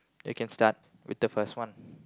you can start with the first one